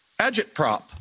agitprop